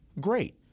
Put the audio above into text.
Great